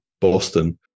Boston